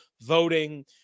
voting